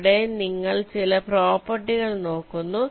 ഇവിടെ നിങ്ങൾ ചില പ്രോപ്പർട്ടികൾ നോക്കുന്നു